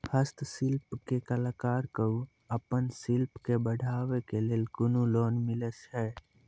हस्तशिल्प के कलाकार कऽ आपन शिल्प के बढ़ावे के लेल कुन लोन मिलै छै?